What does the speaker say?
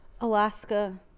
alaska